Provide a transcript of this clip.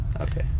Okay